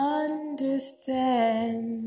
understand